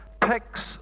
picks